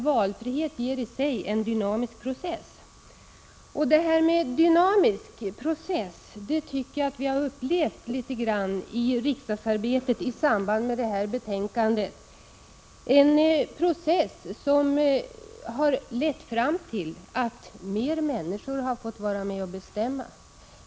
Valfrihet är nämligen en dynamisk process. Jag tycker också att vi har upplevt något av en dynamisk process vid utarbetandet av detta betänkande här i riksdagen. Denna process har lett till att flera människor har fått vara med och bestämma.